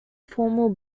formal